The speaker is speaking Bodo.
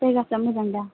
जायगाफ्रा मोजां दा